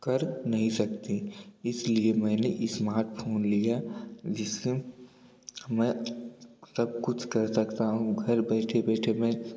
कर नहीं सकते इसलिए मैंने इस्मार्ट फ़ोन लिया जिस मैं सबकुछ कर सकता हूँ घर बैठे बैठे मैं